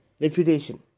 reputation